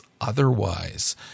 Otherwise